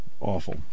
awful